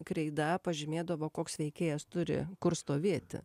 kreida pažymėdavo koks veikėjas turi kur stovėti